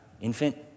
infant